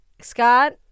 Scott